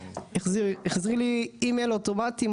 החזיר לי אימייל אוטומטי,